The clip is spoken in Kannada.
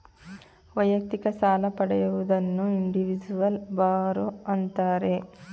ವೈಯಕ್ತಿಕ ಸಾಲ ಪಡೆಯುವುದನ್ನು ಇಂಡಿವಿಜುವಲ್ ಬಾರೋ ಅಂತಾರೆ